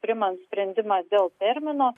priimant sprendimą dėl termino